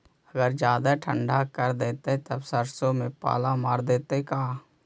अगर जादे ठंडा कर देतै तब सरसों में पाला मार देतै का?